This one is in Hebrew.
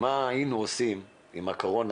מה היינו עושים עם הקורונה,